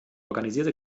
organisierte